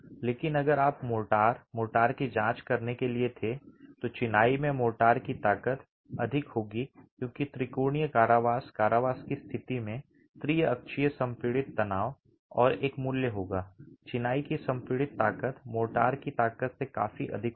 लेकिन अगर आप मोर्टार मोर्टार की जांच करने के लिए थे तो चिनाई में मोर्टार की ताकत अधिक होगी क्योंकि त्रिकोणीय कारावास कारावास की स्थिति में त्रिअक्षीय संपीड़ित तनाव और एक मूल्य होगा चिनाई की संपीड़ित ताकत मोर्टार की ताकत से काफी अधिक होगा